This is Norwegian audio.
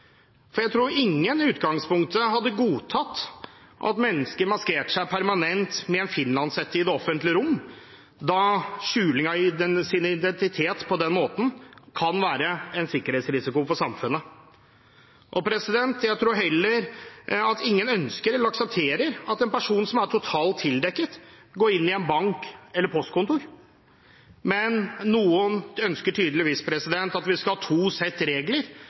Jeg tror ingen i utgangspunktet hadde godtatt at mennesker maskerte seg permanent med en finlandshette i det offentlige rom, da skjuling av sin identitet på den måten kan være en sikkerhetsrisiko for samfunnet. Jeg tror heller ikke at noen ønsker eller aksepterer at en person som er totalt tildekket, går inn i en bank eller postkontor. Men noen ønsker tydeligvis at vi skal ha to sett regler,